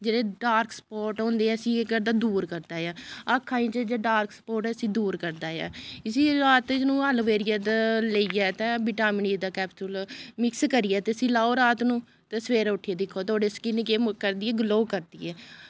जेह्ड़े dark spot होंदे ऐ इस्सी केह् करदा दूर करदा ऐ अक्खां च जेह्ड़े डार्क स्पाट ऐ इस्सी दूर करदा ऐ इस्सी रात च नू एलोवेरा द लेइयै ते बिटामिन ई दा कैप्सूल मिक्स करियै ते इस्सी लाओ रात नू ते सवेरै उट्ठियै दिक्खो थोआढ़ी स्किन केह् करदी ऐ ग्लो करदी ऐ